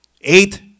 eight